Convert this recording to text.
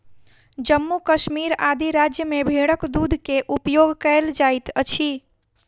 जम्मू कश्मीर आदि राज्य में भेड़क दूध के उपयोग कयल जाइत अछि